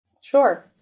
Sure